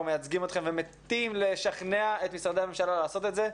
מייצגים אתכם ומתים לשכנע את משרדי הממשלה לעשות את זה,